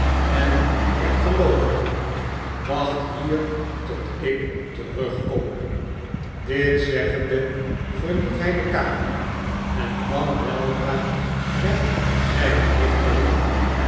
en ik geloof u wacht hier tot ik terugkom dit zeggende verliet hij de kamer en kwam weldra met zijne nicht terug